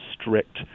strict